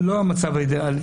זה לא המצב האידאלי.